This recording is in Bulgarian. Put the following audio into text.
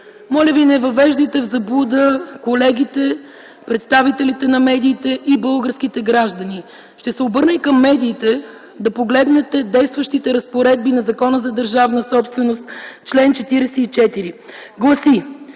Моля Ви, не въвеждайте в заблуда колегите, представителите на медиите и българските граждани. Ще се обърна и към медиите: да погледнете действащите разпоредби на Закона за държавната собственост. Член 44 гласи: